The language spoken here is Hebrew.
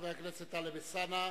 חבר הכנסת טלב אלסאנע,